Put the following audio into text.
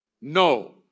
No